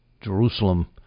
Jerusalem